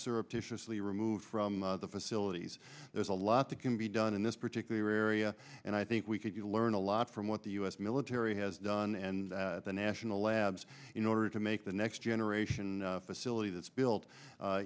surreptitiously removed from the facilities there's a lot that can be done in this particular area and i think we could learn a lot from what the u s military has done and the national labs in order to make the next generation facility that's built